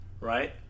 Right